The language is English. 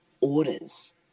orders